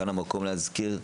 כאן המקום להזכיר,